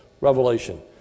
revelation